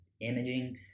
imaging